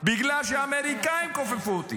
בגלל שהאמריקאים כופפו אותי.